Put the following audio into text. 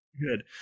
Good